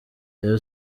rayon